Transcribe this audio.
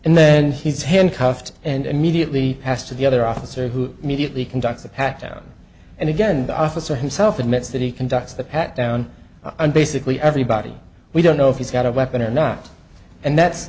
and then he's handcuffed and immediately has to the other officer who immediately conducts the pat down and again the officer himself admits that he conducts the pat down and basically everybody we don't know if he's got a weapon or not and that's